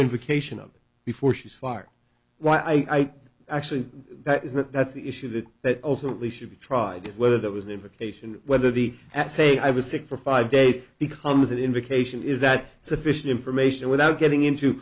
indication of before she's fired what i actually that is that that's the issue that that ultimately should be tried whether that was an invocation whether the at say i was sick for five days becomes an indication is that sufficient information without getting into